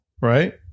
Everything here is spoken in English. right